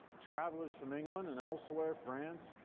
travelers from england and elsewhere, france,